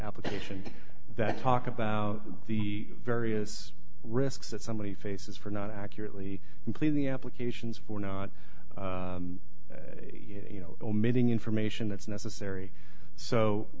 application that talk about the various risks that somebody faces for not accurately simply the applications for not you know omitting information that's necessary so